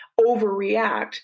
overreact